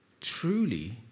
truly